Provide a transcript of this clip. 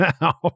now